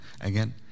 Again